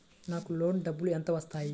నాకు లోన్ డబ్బులు ఎంత వస్తాయి?